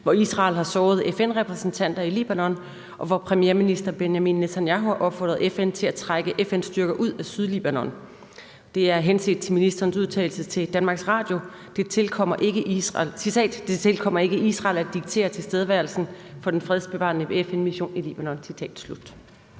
hvor Israel har såret FN-repræsentanter i Libanon, og hvor premierminister Benjamin Netanyahu har opfordret FN til at trække FN-styrker ud af Sydlibanon, henset til ministerens udtalelse til DR: »Det tilkommer ikke Israel at diktere tilstedeværelsen for den fredsbevarende FN-mission i Libanon«?